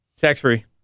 Tax-free